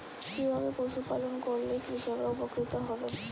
কিভাবে পশু পালন করলেই কৃষকরা উপকৃত হবে?